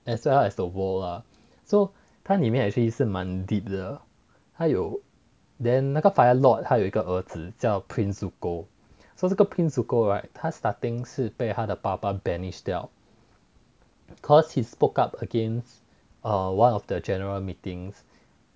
as well as the world lah so 它里面 actually 蛮 deep 的他有 then 那个 fire lord 他有一个儿子叫 prince zuko so 这个 prince zuko right 他 starting 是被他爸爸 banished 掉 cause he spoke up against err one of the general meetings